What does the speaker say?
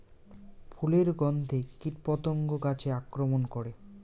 ফুলের গণ্ধে কীটপতঙ্গ গাছে আক্রমণ করে?